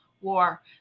war